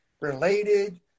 related